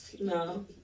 No